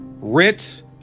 Ritz